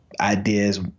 ideas